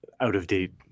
out-of-date